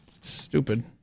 Stupid